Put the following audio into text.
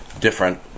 different